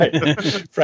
right